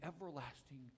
everlasting